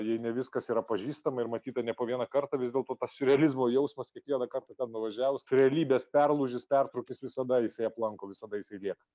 jei ne viskas yra pažįstama ir matyta ne po vieną kartą vis dėlto tas siurrealizmo jausmas kiekvieną kartą ten nuvažiavus realybės perlūžis pertrūkis visada jisai aplanko visada